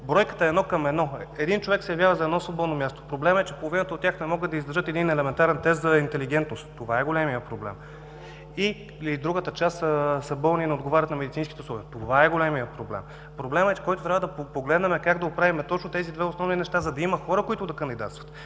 бройка е едно към едно. Един човек се явява за едно свободно място. Проблемът е, че половината от тях не могат да издържат един елементарен тест за интелигентност. Това е големият проблем! Другата част са болни и не отговарят на медицинските условия. Това е големият проблем! Проблемът е да погледнем как да оправим тези две неща, за да има хора, които да кандидатстват,